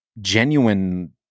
genuine